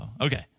Okay